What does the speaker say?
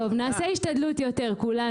טוב, נעשה השתדלות יותר כולנו.